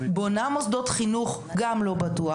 בונה מוסדות חינוך גם זה לא בטוח,